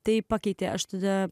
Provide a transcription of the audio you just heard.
tai pakeitė aš tada